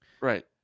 Right